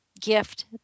gift